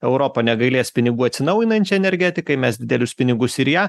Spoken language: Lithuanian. europa negailės pinigų atsinaujinančiai energetikai mes didelius pinigus ir ją